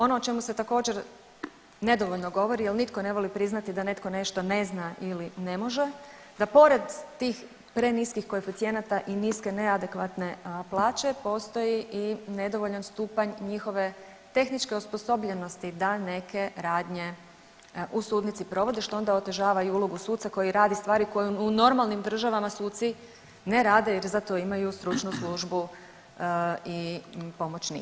Ono o čemu se također nedovoljno govori, jer nitko ne voli priznati da netko nešto ne zna ili ne može, da pored tih preniskih koeficijenata i niske neadekvatne plaće postoji i nedovoljan stupanj njihove tehničke osposobljenosti da neke radnje u sudnici provode što onda otežava i ulogu suca koji radi stvari koje u normalnim državama suci ne rade, jer za to imaju stručnu službu i pomoćnike.